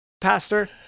Pastor